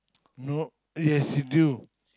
no yes you do